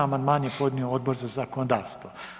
Amandman je podnio Odbor za zakonodavstvo.